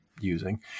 using